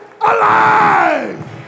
alive